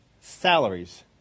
salaries